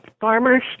farmers